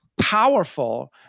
powerful